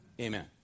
Amen